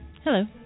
Hello